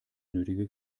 nötige